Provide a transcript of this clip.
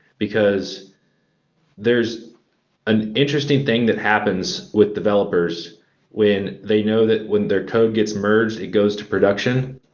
because there's an interesting thing that happens with developers when they know that when their code gets merged, it goes to production.